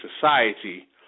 society